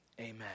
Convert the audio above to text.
Amen